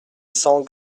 cents